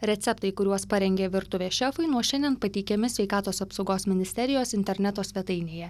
receptai kuriuos parengė virtuvės šefai nuo šiandien pateikiami sveikatos apsaugos ministerijos interneto svetainėje